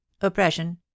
Oppression